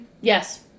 Yes